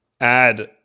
add